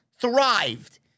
thrived